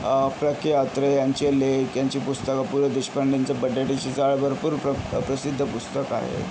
प्र के अत्रे यांचे लेख यांचे पुस्तकं पु ल देशपांडेचं बटाट्याची चाळ भरपूर प्र प्रसिद्ध पुस्तक आहे